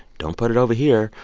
don't put it over here.